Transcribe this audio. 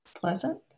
pleasant